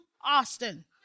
Austin